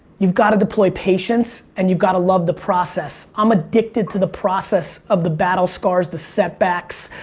you've gotta deploy patience, and you've gotta love the process. i'm addicted to the process of the battle scars, the setbacks,